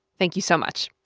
thank you so much.